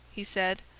he said,